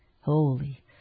Holy